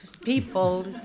people